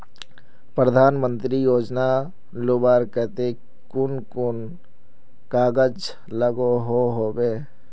प्रधानमंत्री योजना लुबार केते कुन कुन कागज लागोहो होबे?